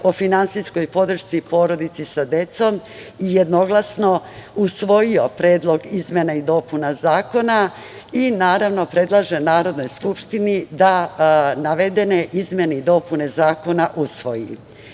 o finansijskoj podršci porodici sa decom i jednoglasno usvojio Predlog izmenama i dopuna zakona i naravno predlaže Narodnoj skupštini da navedene izmene i dopune zakona usvoji. Pitanje